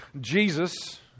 Jesus